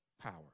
power